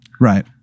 Right